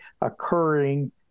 occurring